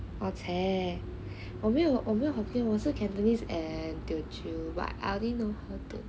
oh !chey! 我没有我没有 hokkien 我是 cantonese